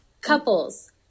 Couples